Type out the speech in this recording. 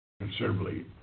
considerably